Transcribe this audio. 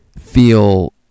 feel